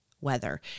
weather